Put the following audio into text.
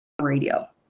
radio